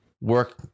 work